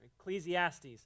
Ecclesiastes